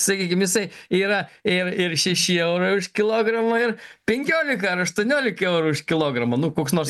sakykim jisai yra ir ir šeši eurai už kilogramą ir penkiolika ar aštuoniolika eurų už kilogramą nu koks nors